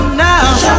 now